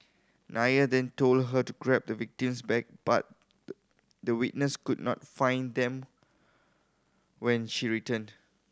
Nair then told her to grab the victim's bag but the the witness could not find them when she returned